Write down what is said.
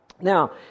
Now